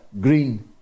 green